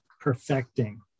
perfecting